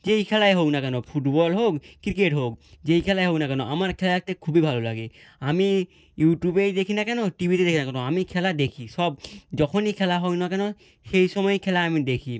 যেই খেলাই হোক না কেন ফুটবল হোক ক্রিকেট হোক যেই খেলাই হোক না কেন আমার খেলা দেখতে খুবই ভালো লাগে আমি ইউটিউবেই দেখি না কেন টি ভিতে দেখি না কেন আমি খেলা দেখি সব যখনই খেলা হোক না কেন সেই সময়ই খেলা আমি দেখি